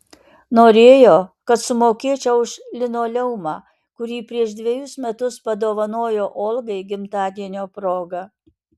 norėjo kad sumokėčiau už linoleumą kurį prieš dvejus metus padovanojo olgai gimtadienio proga